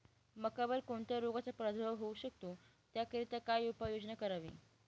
मक्यावर कोणत्या रोगाचा प्रादुर्भाव होऊ शकतो? त्याकरिता काय उपाययोजना करावी?